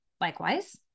likewise